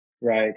Right